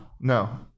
No